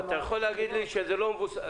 אתה יכול להגיד לי שזה לא מבוסס.